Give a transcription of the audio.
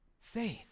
faith